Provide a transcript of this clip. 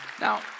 Now